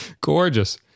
Gorgeous